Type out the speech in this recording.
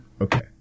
Okay